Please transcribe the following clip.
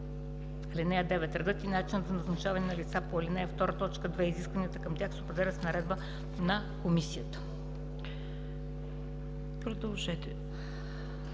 Продължете,